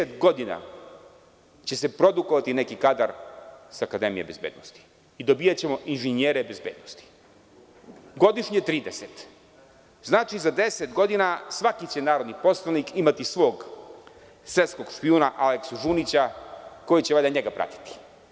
Dakle, 30 godina će se produkovati neki kadar sa akademije bezbednosti i dobijaćemo inženjere bezbednosti, godišnje 30, a za 10 godina, svaki će narodni poslanik imati svog svetskog špijuna Aleksu Žunića koji će valjda njega pratiti.